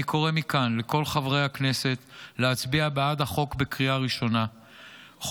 אני קורא מכאן לכל חברי הכנסת להצביע בקריאה ראשונה בעד החוק,